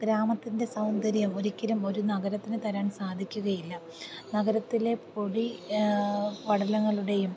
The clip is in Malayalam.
ഗ്രാമത്തിൻ്റെ സൗന്ദര്യം ഒരിക്കലും ഒരു നഗരത്തിന് തരാൻ സാധിക്കുകയില്ല നഗരത്തിലെ പൊടി പടലങ്ങളുടേയും